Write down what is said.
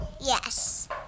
Yes